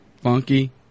funky